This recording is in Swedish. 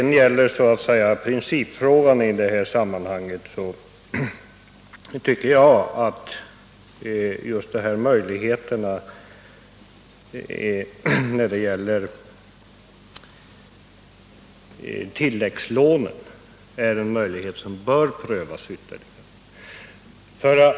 När det gäller principfrågan i det här sammanhanget tycker jag att just tilläggslånen är en möjlighet som bör prövas ytterligare.